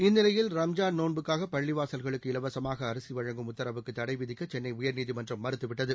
இந்நிலையில் ரம்ஜான் நோன்புக்காக பள்ளி வாசல்களுக்கு இலவசமாக அரிசி வழங்கும் உத்தரவுக்கு தடைவிதிக்க சென்னை உயா்நீதிமன்றம் மறுத்துவிட்டது